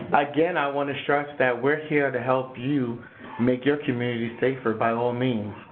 again i want to stress that we're here to help you make your community safer by all means.